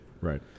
right